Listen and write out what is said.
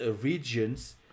regions